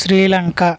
Sri Lanka